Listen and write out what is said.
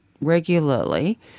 regularly